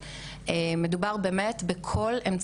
באובססיה הזאת לשלוט,